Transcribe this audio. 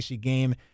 game